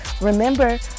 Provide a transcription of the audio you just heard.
Remember